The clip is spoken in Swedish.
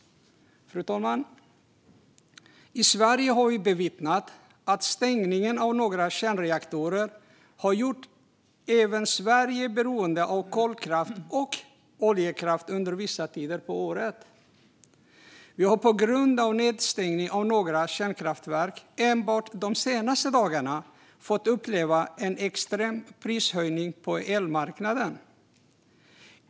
Fru talman! I Sverige har vi bevittnat att stängningen av några kärnreaktorer har gjort även Sverige beroende av kolkraft och oljekraft under vissa tider på året. Vi har på grund av nedstängningen av några kärnkraftverk enbart de senaste dagarna fått uppleva en extrem prishöjning på elmarknaden.